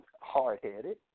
hard-headed